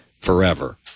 forever